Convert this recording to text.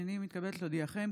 הינני מתכבדת להודיעכם,